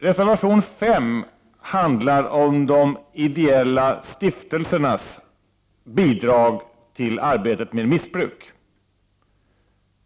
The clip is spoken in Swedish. Reservation 5 handlar om de ideella stiftelsernas bidrag till arbetet med missbruk.